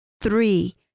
Three